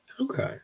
Okay